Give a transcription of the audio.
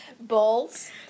balls